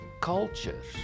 cultures